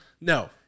No